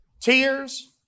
Tears